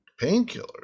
painkillers